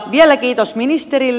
vielä kiitos ministerille